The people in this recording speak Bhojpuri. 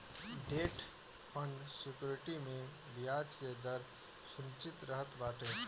डेट फंड सेक्योरिटी में बियाज के दर निश्चित रहत बाटे